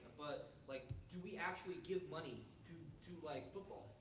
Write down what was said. but like do we actually give money to to like football?